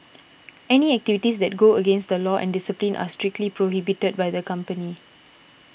any activities that go against the law and discipline are strictly prohibited by the company